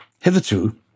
Hitherto